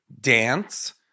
dance